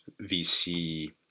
VC